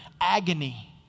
agony